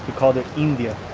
called her india